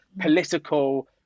political